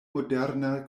moderna